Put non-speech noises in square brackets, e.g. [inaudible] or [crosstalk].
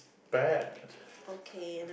bad [breath]